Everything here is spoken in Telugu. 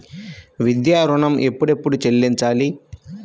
విద్యా ఋణం ఎప్పుడెప్పుడు చెల్లించాలి?